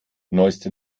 neueste